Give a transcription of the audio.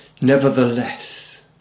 Nevertheless